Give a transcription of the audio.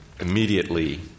immediately